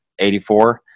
84